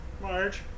Marge